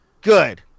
good